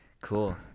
Cool